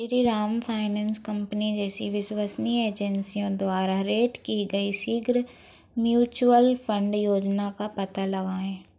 Shriram finance company जैसी विश्वसनीय एजेंसियों द्वारा रेट की गई शीघ्र म्युचुअल फ़ंड योजना का पता लगाएं